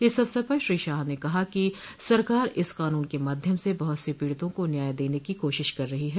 इस अवसर पर श्री शाह न कहा कि सरकार इस कानून के माध्यम से बहुत से पीडितों को न्याय देन की कोशिश कर रही है